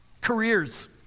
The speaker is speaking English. Careers